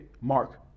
Mark